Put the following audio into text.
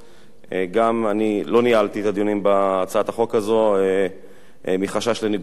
אני לא ניהלתי את הדיון בהצעת החוק הזאת מחשש לניגוד עניינים,